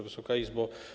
Wysoka Izbo!